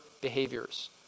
behaviors